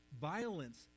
violence